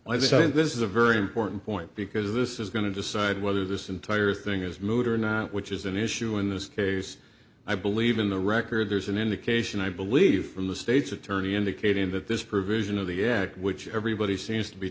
think this is a very important point because this is going to decide whether this entire thing is moot or not which is an issue in the scares i believe in the record there's an indication i believe from the state's attorney indicating that this provision of the act which everybody seems to be